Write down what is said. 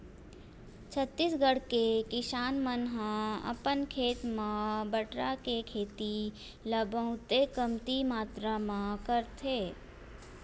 छत्तीसगढ़ के किसान मन ह अपन खेत म बटरा के खेती ल बहुते कमती मातरा म करथे